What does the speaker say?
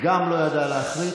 גם הוא לא ידע להחליט.